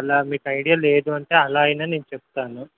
అలా మీకు ఐడియా లేదు అంటే అలా అయినా నేను చెప్తాను